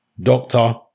doctor